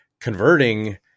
converting